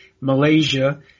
Malaysia